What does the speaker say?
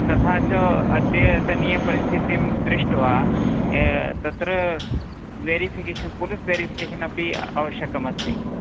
तथा च अद्यतनीय परिस्थितिं दृष्ट्वा तत्र वेरिफिकेशन् पोलिस् वेरिफिकेशन् अपि आवश्यकम् अस्ति